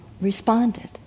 Responded